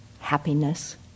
happiness